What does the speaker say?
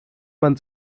man